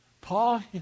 Paul